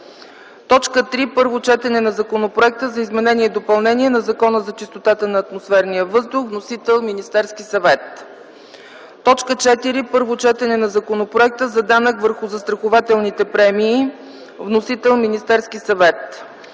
съвет. 3. Първо четене на Законопроекта за изменение и допълнение на Закона за чистотата на атмосферния въздух. Вносител – Министерският съвет. 4. Първо четене на Законопроекта за данък върху застрахователните премии. Вносител – Министерският съвет.